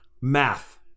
Math